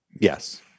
Yes